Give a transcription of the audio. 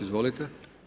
Izvolite.